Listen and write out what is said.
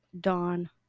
Dawn